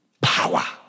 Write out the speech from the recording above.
power